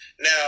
Now